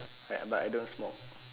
hide but I don't smoke